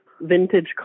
Vintage